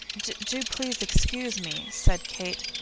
do please excuse me, said kate.